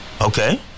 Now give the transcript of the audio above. Okay